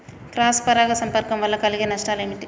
Cross పరాగ సంపర్కం వల్ల కలిగే నష్టాలు ఏమిటి?